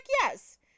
yes